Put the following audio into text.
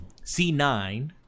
C9